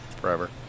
Forever